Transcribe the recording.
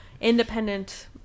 independent